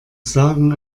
sagen